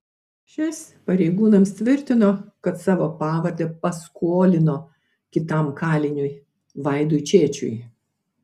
šis pareigūnams tvirtino kad savo pavardę paskolino kitam kaliniui vaidui čėčiui